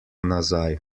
nazaj